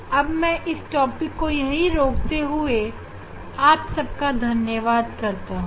अब मैं इस विषय को यहीं रोकते हुए आप सब का धन्यवाद करता हूं